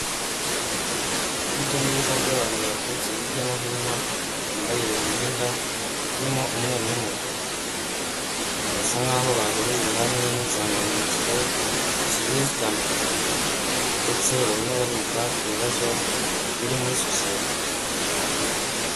Urujya n'uruza rw'abantu baturutse hirya no hino, bambaye imyenda irimo umweru n'umutuku, birasa nkaho bahurijwe hamwe n'insanganyamatsiko zigiye zitandukanye ndetse barimo bariga ku bibazo biri muri sosiyete.